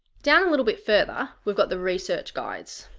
down a little bit further we've got the research guides.